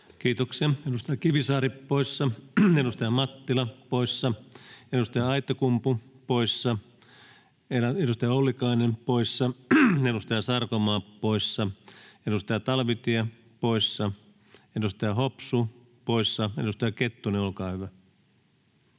Kiitoksia. — Edustaja Kivisaari poissa, edustaja Mattila poissa, edustaja Aittakumpu poissa, edustaja Ollikainen poissa, edustaja Sarkomaa poissa, edustaja Talvitie poissa, edustaja Hopsu poissa. — Edustaja Kettunen, olkaa hyvä.